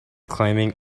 climbing